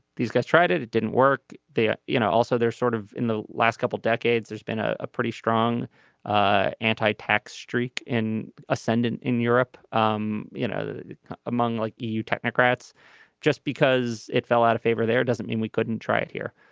these guys tried it it didn't work there. you know also they're sort of in the last couple of decades there's been ah a pretty strong ah anti-tax streak in ascendant in europe. um you know among like eu technocrats just because it fell out of favor there doesn't mean we couldn't try it here.